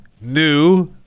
new